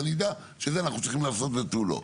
אז אני אדע שאת זה אנחנו צריכים לעשות ותו לא.